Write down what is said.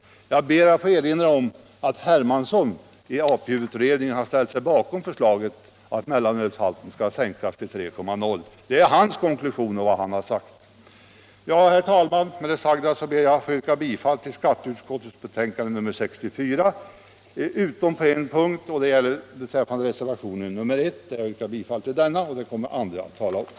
Jag ber då att få erinra om att herr Hermansson i alkoholpolitiska utredningen ställt sig bakom förslaget att mellanölet skall sänkas till 3,0 viktprocent eller utsättas för hårdare restriktioner. Det är hans konklusion av vad han har uttalat. Herr talman! Med det sagda ber jag att få yrka bifall till skatteutskottets hemställan i betänkande nr 64 på alla punkter utom en, nämligen punkt 1 moment 1, där jag yrkar bifall till reservation 1. Denna kommer andra att tala för.